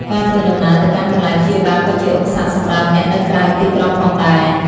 ការធ្វើដំណើរទៅកាន់កន្លែងព្យាបាលក៏ជាឧបសគ្គសម្រាប់អ្នកនៅក្រៅទីក្រុងផងដែរ។